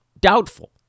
doubtful